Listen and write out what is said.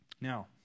Now